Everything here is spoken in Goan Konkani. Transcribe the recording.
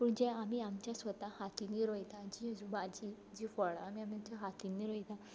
पूण जें आमी आमच्या स्वता हातींनी रोयता जी भाजी जीं फळां आमी आमच्या हातींनी रोयता